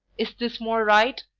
is this more right?